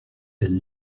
elle